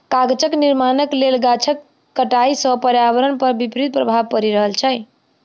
कागजक निर्माणक लेल गाछक कटाइ सॅ पर्यावरण पर विपरीत प्रभाव पड़ि रहल छै